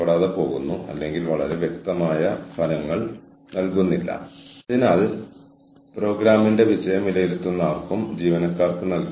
ഈ മാതൃക അനുസരിച്ച് മനുഷ്യവിഭവശേഷിയുടെ ഉത്ഭവസ്ഥാനമായ മനുഷ്യവിഭവശേഷിയുടെ ഒരു സ്രോതസ്സുണ്ട് അത് ഹ്യൂമൺ ക്യാപിറ്റലിലേക്ക് മനുഷ്യർക്ക് ചെയ്യാൻ കഴിയുന്നതിലേക്ക് ഫീഡ് ചെയ്യുന്നു